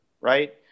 right